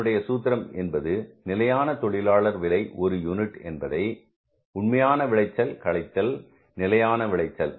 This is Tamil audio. அதனுடைய சூத்திரம் என்பது நிலையான தொழிலாளர் விலை ஒரு யூனிட் என்பதை உண்மையான விளைச்சல் கழித்தல் நிலையான விளைச்சல்